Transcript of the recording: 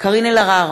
קארין אלהרר,